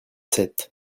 sept